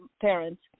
parents